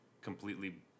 completely